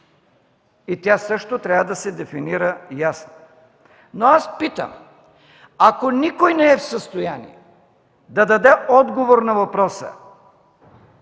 и тя също трябва да се дефинира ясно. Но аз питам: ако никой не е в състояние да даде отговор на въпроса: